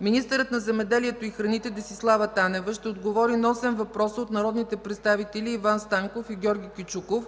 Министърът на земеделието и храните Десислава Танева ще отговори на осем въпроса от народните представители Иван Станков и Георги Кючуков,